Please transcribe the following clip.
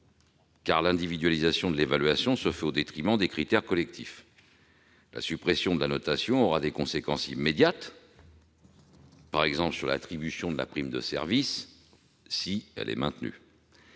car l'individualisation de l'évaluation se fait au détriment des critères collectifs. La suppression de la notation aura des conséquences immédiates, par exemple sur l'attribution de la prime de service, si celle-ci est maintenue.